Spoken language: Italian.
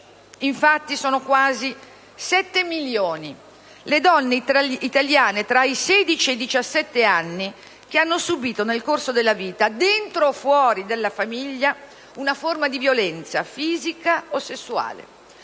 Infatti, sono quasi 7 milioni le donne italiane tra i 16 i e 70 anni che hanno subìto nel corso della vita, dentro o fuori dalla famiglia, una forma di violenza fisica o sessuale;